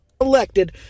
Elected